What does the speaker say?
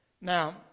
Now